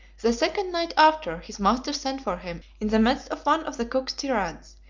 the second night after, his master sent for him in the midst of one of the cook's tirades,